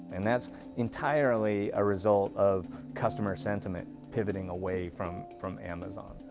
and that's entirely a result of customer sentiment pivoting away from from amazon.